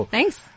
Thanks